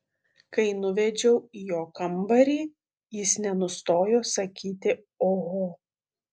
kai nuvedžiau į jo kambarį jis nenustojo sakyti oho